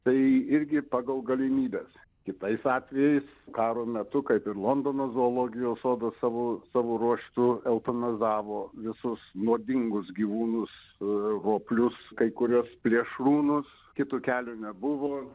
tai irgi pagal galimybes kitais atvejais karo metu kaip ir londono zoologijos sodas savo savo ruožtu eutanazavo visus nuodingus gyvūnus roplius kai kuriuos plėšrūnus kito kelio nebuvo